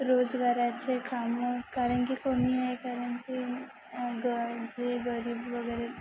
रोजगाराचे कामं कारण की कोणी आहे कारण की गरजू गरीब वगैरे